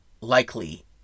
Likely